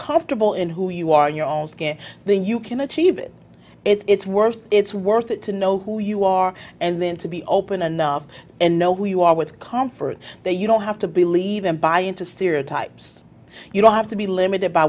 comfortable in who you are in your own skin then you can achieve it it's worth it's worth it to know who you are and then to be open enough and know who you are with confort that you don't have to believe and buy into stereotypes you don't have to be limited by